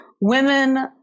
women